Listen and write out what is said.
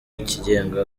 mukigega